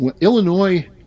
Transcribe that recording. Illinois